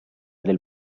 del